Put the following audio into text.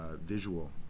visual